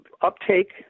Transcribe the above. uptake